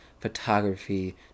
photography